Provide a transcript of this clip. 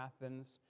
Athens